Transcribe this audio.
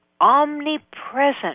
Omnipresent